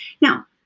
Now